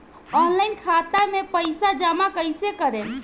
Online खाता मे पईसा जमा कइसे करेम?